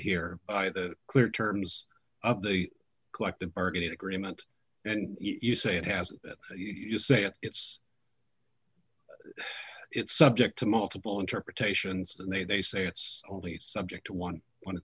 here are the clear terms of the collective bargaining agreement and you say it has you saying it's it's subject to multiple interpretations and they say it's only subject to one mon